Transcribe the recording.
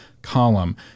Column